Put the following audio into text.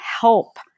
help